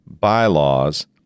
bylaws